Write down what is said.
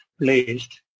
placed